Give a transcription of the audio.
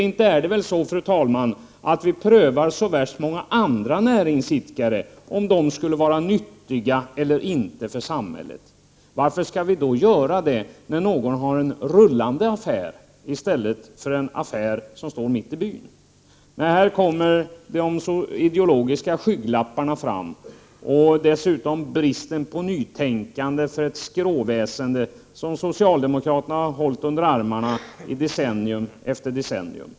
Inte prövas väl, fru talman, så värst många andra näringsidkare avseende om de är nyttiga för samhället eller ej? Varför skall vi göra det för dem som har en rullande affär i stället för en affär som står mitt i byn? Här kommer de ideologiska skygglapparna fram och dessutom bristen på ett nytänkande för ett skråväsen, som socialdemokraterna har hållit under armarna i decennium efter decennium.